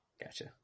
gotcha